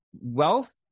wealth